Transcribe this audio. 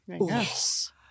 Yes